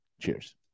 Cheers